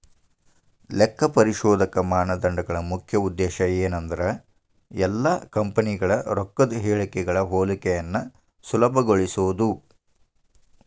ಲೆಕ್ಕಪರಿಶೋಧಕ ಮಾನದಂಡಗಳ ಮುಖ್ಯ ಉದ್ದೇಶ ಏನಂದ್ರ ಎಲ್ಲಾ ಕಂಪನಿಗಳ ರೊಕ್ಕದ್ ಹೇಳಿಕೆಗಳ ಹೋಲಿಕೆಯನ್ನ ಸುಲಭಗೊಳಿಸೊದು